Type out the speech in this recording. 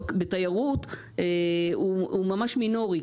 בתיירות הוא ממש מינורי.